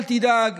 אל תדאג,